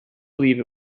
believe